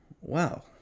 Wow